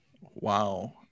Wow